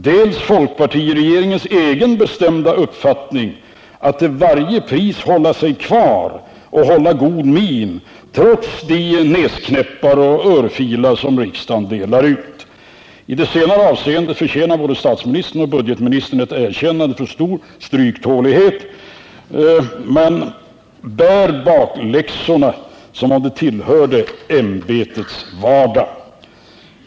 Dels är det folkpartiregeringens egen bestämda avsikt att till varje pris hålla sig kvar och hålla god min, trots de näsknäppar och örfilar som riksdagen delar ut. I det senare avseendet förtjänar både statsministern och budgetministern ett erkännande för stor stryktålighet — de bär bakläxorna som om de tillhörde ämbetets vardag.